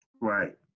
Right